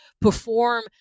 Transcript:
perform